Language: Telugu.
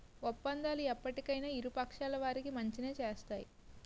ఒప్పందాలు ఎప్పటికైనా ఇరు పక్షాల వారికి మంచినే చేస్తాయి